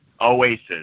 oasis